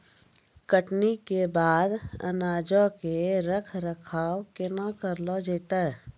कटनी के बाद अनाजो के रख रखाव केना करलो जैतै?